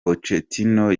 pochettino